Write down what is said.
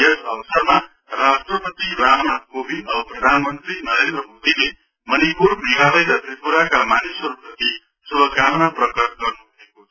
यस अवसरमा राष्ट्रपति राम नाथ कोविन्द औ प्रधानमन्त्री नरेन्द्र मोदीले मणिपुर मेघालय र त्रिपुराका मानिसहरूप्रति शुभकामना प्रकट गर्नु भएको छ